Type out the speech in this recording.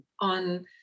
on